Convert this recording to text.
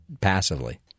passively